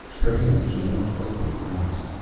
her hand came up, lightning fast.